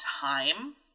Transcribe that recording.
time